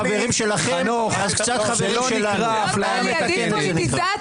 חנוך, זה לא נקרא אפליה מתקנת.